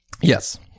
yes